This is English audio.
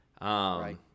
Right